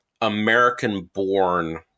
American-born